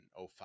05